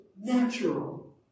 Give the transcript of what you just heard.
natural